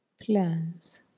Plans